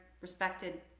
respected